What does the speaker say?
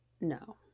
No